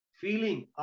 feeling